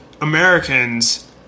Americans